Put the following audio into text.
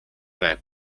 rap